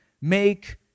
make